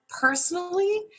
personally